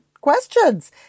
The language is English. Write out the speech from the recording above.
questions